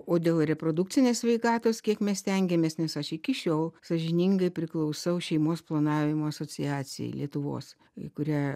o dėl reprodukcinės sveikatos kiek mes stengiamės nes aš iki šiol sąžiningai priklausau šeimos planavimo asociacijai lietuvos į kurią